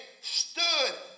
stood